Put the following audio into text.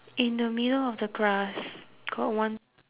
in the middle of the grass got one